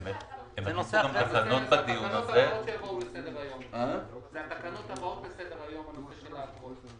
אלה התקנות הבאות בסדר-היום בנושא של האגרות.